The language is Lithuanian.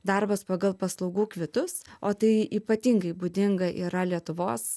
darbas pagal paslaugų kvitus o tai ypatingai būdinga yra lietuvos